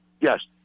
Yes